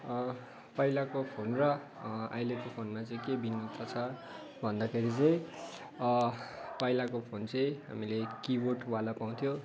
पहिलाको फोन र अहिलेको फोनमा चाहिँ के भिन्नता छ भन्दाखेरि चाहिँ पहिलाको फोन चाहिँ हामीले किबोर्ड वाला पाउँथ्यौँ